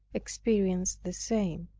experienced the same.